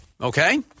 Okay